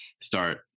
start